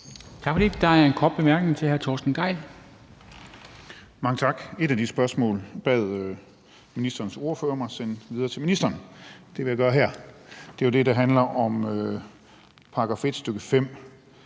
Tak for det. Der er en kort bemærkning til hr. Torsten Gejl. Kl. 13:58 Torsten Gejl (ALT): Mange tak. Et af de spørgsmål bad ministerens ordfører mig sende videre til ministeren. Det vil jeg gøre her, og det er jo det, der handler om § 1, stk. 5,